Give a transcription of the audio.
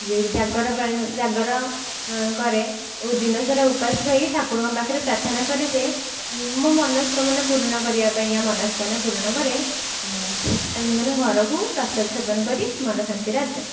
ଯେଉଁ ଜାଗର ଜାଗର କରେ ଓ ଦିନ ସାରା ଓପାସ ରହି ଠାକୁରଙ୍କ ପାଖରେ ପ୍ରାର୍ଥନା କରେ ଯେ ମୋ ମନସ୍କାମନା ପୁରଣ କରିବା ପାଇଁକା ମନସ୍କାମନା ପୁରଣ ପରେ ମାନେ ଘରକୁ ପ୍ରସାଦ ସେବନ କରି ମନ ଶାନ୍ତିରେ ଆସେ